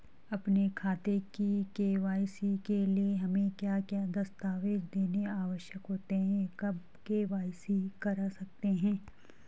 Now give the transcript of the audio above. अपने खाते की के.वाई.सी के लिए हमें क्या क्या दस्तावेज़ देने आवश्यक होते हैं कब के.वाई.सी करा सकते हैं?